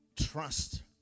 Trust